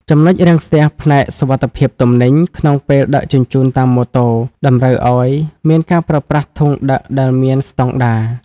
ចំណុចរាំងស្ទះផ្នែក "សុវត្ថិភាពទំនិញ" ក្នុងពេលដឹកជញ្ជូនតាមម៉ូតូ តម្រូវឱ្យមានការប្រើប្រាស់ធុងដឹកដែលមានស្ដង់ដារ។